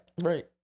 right